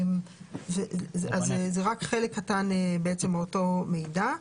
זה רק חלק קטן מאותו מידע.